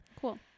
Cool